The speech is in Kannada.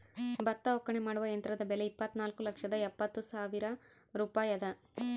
ಭತ್ತ ಒಕ್ಕಣೆ ಮಾಡುವ ಯಂತ್ರದ ಬೆಲೆ ಇಪ್ಪತ್ತುನಾಲ್ಕು ಲಕ್ಷದ ಎಪ್ಪತ್ತು ಸಾವಿರ ರೂಪಾಯಿ ಅದ